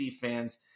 fans